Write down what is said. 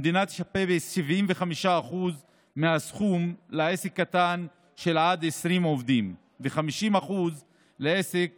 המדינה תשפה ב-75% מהסכום לעסק קטן של עד 20 עובדים וב-50% לעסק